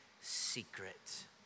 secret